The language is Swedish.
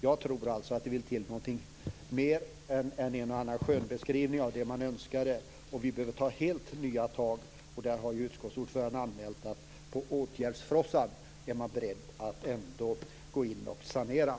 Jag tror att det vill till något mer än en och annan skönbeskrivning av önskningarna. Vi behöver ta helt nya tag. Utskottsordföranden har anmält att man är beredd att sanera i åtgärdsfrossan.